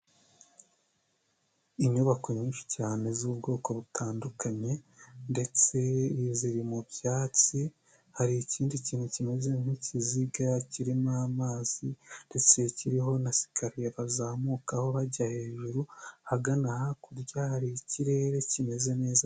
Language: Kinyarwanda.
Inyubako nyinshi cyane z'ubwoko butandukanye, ndetse ziri mu byatsi hari ikindi kintu kimeze nk'ikiziga kirimo amazi ndetse kiriho na sicariye bazamukaho bajya hejuru ahagana hakurya hari ikirere kimeze neza.